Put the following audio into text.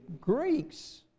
Greeks